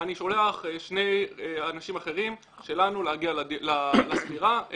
אני שולח שני אנשים אחרים שלנו להגיע לספירה,